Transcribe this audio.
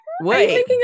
wait